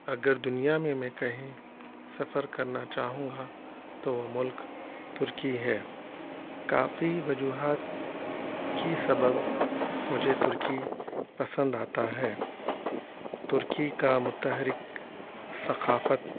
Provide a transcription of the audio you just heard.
اگر دنیا میں میں کہیں سفر کرنا چاہوں گا تو ملک ترکی ہے کافی وجوہات کی سبب مجھے ترکی پسند آتا ہے ترکی کا متحرک ثقافت